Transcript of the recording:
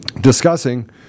discussing